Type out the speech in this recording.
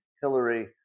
Hillary